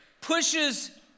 pushes